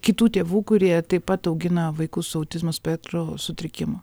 kitų tėvų kurie taip pat augina vaikus su autizmo spektro sutrikimu